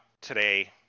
today